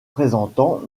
présentant